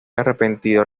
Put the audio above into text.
arrepentido